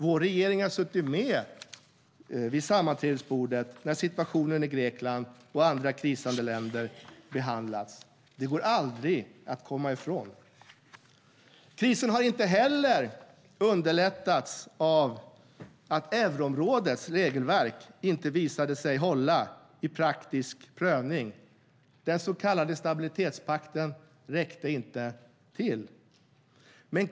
Vår regering har suttit med vid sammanträdesbordet när situationen i Grekland och andra krisande länder har behandlats. Det går aldrig att komma ifrån. Krisen har inte heller underlättats av att euroområdets regelverk visade sig inte hålla i praktisk prövning. Den så kallade stabilitetspakten räckte inte till.